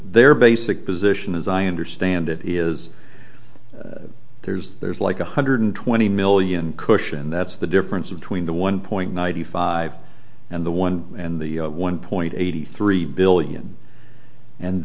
their basic position as i understand it is there's there's like one hundred twenty million cushion that's the difference between the one point ninety five and the one and the one point three billion and